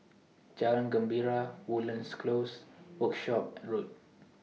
Jalan Gembira Woodlands Close and Workshop Road